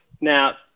Now